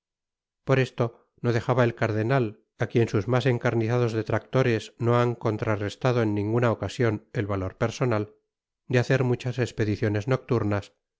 por esto no dejaba el cardenal á quien sus mas encarnizados detractores no han contrarestado en ninguna ocasion el valor personal de hacer muchas espediciones nocturnas